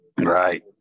right